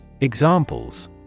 Examples